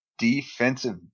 defensive